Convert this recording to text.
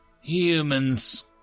Humans